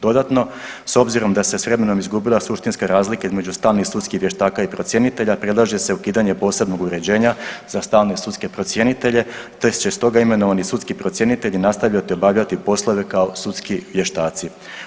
Dodatno s obzirom da se s vremenom izgubila suštinska razlika između stalnih sudskih vještaka i procjenitelja predlaže se ukidanje posebnog uređenja za stalne sudske procjenitelje te će stoga imenovani sudski procjenitelji nastavljati obavljati poslove kao sudski vještaci.